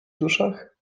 duszach